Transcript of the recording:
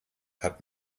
hat